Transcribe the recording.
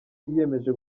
yiyemeje